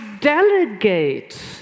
delegate